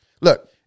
Look